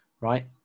right